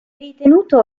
ritenuto